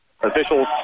officials